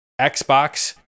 Xbox